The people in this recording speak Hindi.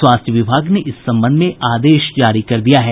स्वास्थ्य विभाग ने इस संबंध में आदेश जारी कर दिया है